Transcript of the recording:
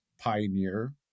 Pioneer